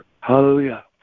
Hallelujah